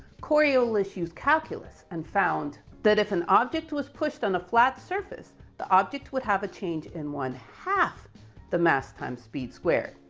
coriolis used calculus and found that if an object was pushed on a flat surface, the object would have a change in one half the mass times speed squared.